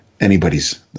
anybody's